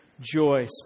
Joy